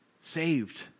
Saved